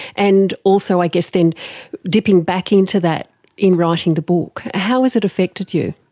and also i guess then dipping back into that in writing the book? how has it affected you?